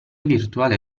virtuale